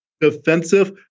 defensive